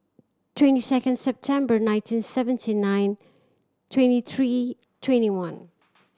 twenty second September nineteen seventy nine twenty three twenty one